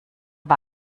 war